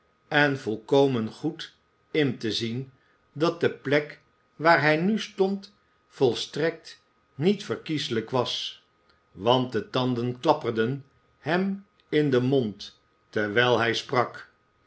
en volkomen goed in te zien dat de plek waar hij nu stond volstrekt niet verkieslijk was want de tanden klapperden hem in den mond terwijl hij sprak